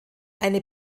eine